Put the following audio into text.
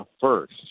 first